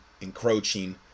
encroaching